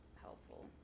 helpful